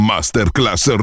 Masterclass